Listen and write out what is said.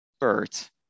Bert